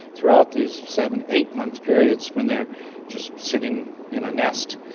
throughout these seven, eight-month periods when they are just sitting in a nest.